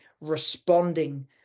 responding